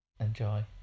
Enjoy